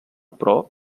però